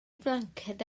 flanced